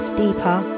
deeper